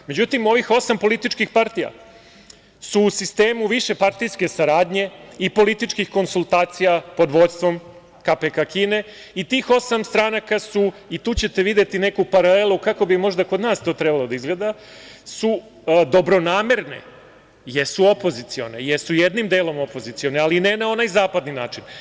Međutim, ovih osam političkih partija su u sistemu višepartijske saradnje i političkih konsultacija pod vođstvom KP Kine i tih osam stranka su, i tu ćete videti neku paralelu kako bi možda to kod nas to trebalo da izgleda, su dobronamerne, jesu opozicione, jesu jednim delom opozicione, ali ne na onaj zapadni način.